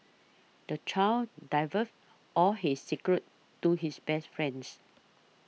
the child divulged all his secrets to his best friend